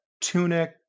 Tunic